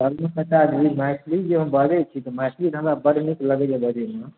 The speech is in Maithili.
चचाजी मैथिली जे हम बजैत छी तऽ मैथिली तऽ हमरा बड नीक लगैए बजैमे